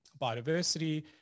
biodiversity